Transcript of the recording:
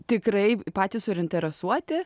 tikrai patys suinteresuoti